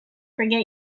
forget